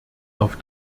auf